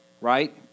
right